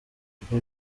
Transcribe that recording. ibyo